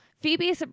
Phoebe